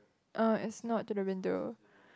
uh it's not to the window